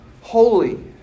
holy